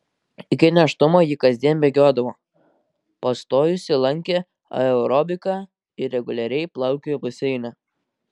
iki nėštumo ji kasdien bėgiodavo pastojusi lankė aerobiką ir reguliariai plaukiojo baseine